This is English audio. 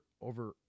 over